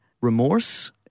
Remorse